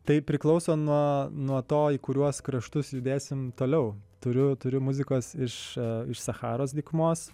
tai priklauso nuo nuo to į kuriuos kraštus judėsim toliau turiu turiu muzikos iš iš sacharos dykumos